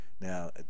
Now